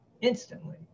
instantly